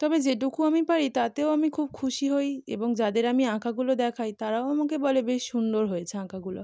তবে যেটুকু আমি পারি তাতেও আমি খুব খুশি হই এবং যাদের আমি আঁকাগুলো দেখাই তারাও আমাকে বলে বেশ সুন্দর হয়েছে আঁকাগুলো